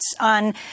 on